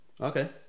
okay